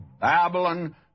Babylon